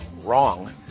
Wrong